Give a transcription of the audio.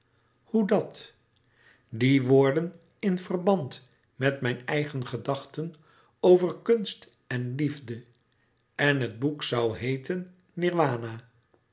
hoe dat die woorden in verband met mijn eigen gedachten over kunst en liefde en het boek zoû heeten